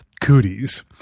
cooties